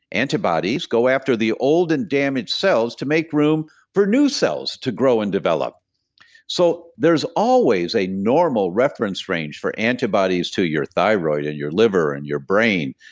antibodies, go after the old and damaged cells to make room for new cells, to grow and develop so there's always a normal reference range for antibodies to your thyroid, and your liver, and your brain,